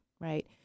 Right